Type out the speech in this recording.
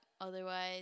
Otherwise